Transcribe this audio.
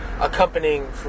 accompanying